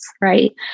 right